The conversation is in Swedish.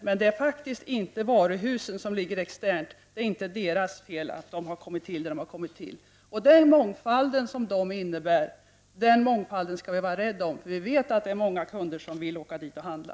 Men det är inte de externt liggande varuhusens fel att de ligger där de ligger. Den mångfald som dessa varuhus erbjuder skall vi vara rädda om, eftersom vi vet att många kunder vill åka dit och handla.